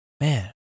Man